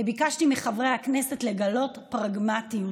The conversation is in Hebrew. וביקשתי מחברי הכנסת לגלות פרגמטיות,